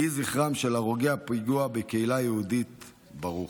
יהי זכרם של הרוגי הפיגוע בקהילה היהודית ברוך.